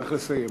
צריך לסיים.